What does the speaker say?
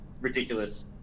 ridiculous